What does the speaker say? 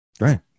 right